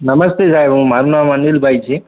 નમસ્તે સાહેબ હું મારું નામ અનિલભાઈ છે